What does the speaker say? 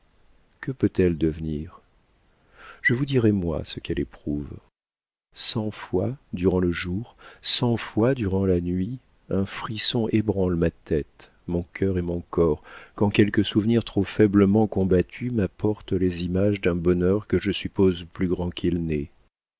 que peut-elle devenir je vous dirai moi ce qu'elle éprouve cent fois durant le jour cent fois durant la nuit un frisson ébranle ma tête mon cœur et mon corps quand quelque souvenir trop faiblement combattu m'apporte les images d'un bonheur que je suppose plus grand qu'il n'est